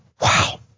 Wow